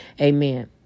Amen